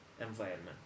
environment